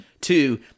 Two